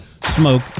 Smoke